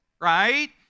right